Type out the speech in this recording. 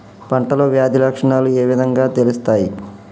పంటలో వ్యాధి లక్షణాలు ఏ విధంగా తెలుస్తయి?